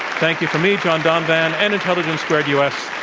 thank you from me, john donvan and intelligence squared u. s.